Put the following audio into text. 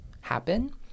happen